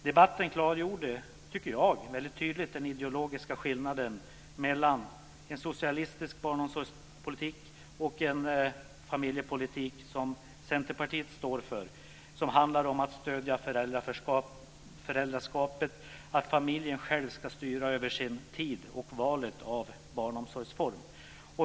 Debatten klargjorde väldigt tydligt den ideologiska skillnaden mellan en socialistisk barnomsorgspolitik och en familjepolitik som Centerpartiet står för som handlar om att stödja föräldraskapet, att familjen själv ska styra över sin tid och valet av barnomsorgsform.